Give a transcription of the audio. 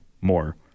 more